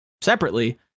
separately